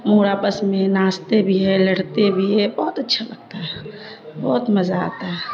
مور آپس میں ناچتے بھی ہے لڑتے بھی ہے بہت اچھا لگتا ہے بہت مزہ آتا ہے